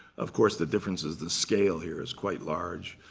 of course, the difference is the scale here is quite large,